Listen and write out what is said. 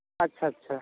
আচ্ছা আচ্ছা